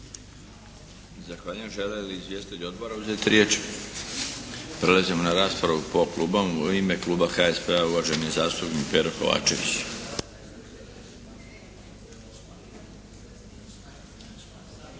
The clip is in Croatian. Zahvaljujem. Žele li izvjestitelji odbora uzeti riječ? Prelazimo na raspravu po klubovima. U ime kluba HSP-a uvaženi zastupnik Pero Kovačević.